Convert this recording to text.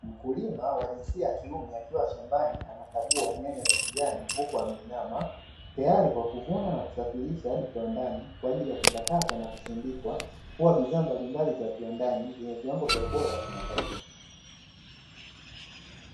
Mkulima wa jinsia ya kiume akiwa shambani anakagua nyanya za kijani huku ameinama, tayari kwa kuvuna na kusafirisha hadi kiwandani kwa ajili ya kuchakatwa na kusindikwa kuwa bidhaa mbalimbali za viwandani zenye viwango vya ubora wa kimataifa.